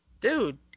Dude